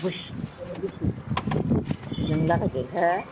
गुसुजों लागायदेरदो हा